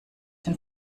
den